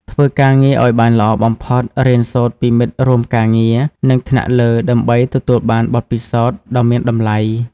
ធ្វើការងារឲ្យបានល្អបំផុត រៀនសូត្រពីមិត្តរួមការងារ និងថ្នាក់លើ ដើម្បីទទួលបាន បទពិសោធន៍ដ៏មានតម្លៃ។